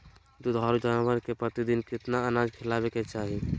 दुधारू जानवर के प्रतिदिन कितना अनाज खिलावे के चाही?